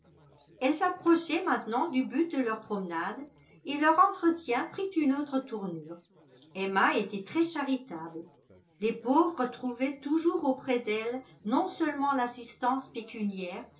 elles approchaient maintenant du but de leur promenade et leur entretien prit une autre tournure emma était très charitable les pauvres trouvaient toujours auprès d'elle non seulement l'assistance pécuniaire